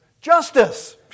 Justice